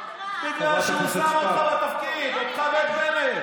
בגלל שהוא שם אותך בתפקיד, אותך ואת בנט.